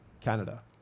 canada